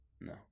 No